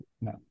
no